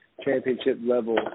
championship-level